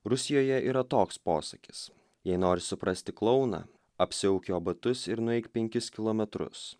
rusijoje yra toks posakis jei nori suprasti klouną apsiauk jo batus ir nueik penkis kilometrus